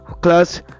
class